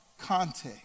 context